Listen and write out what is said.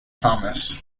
thomas